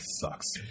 sucks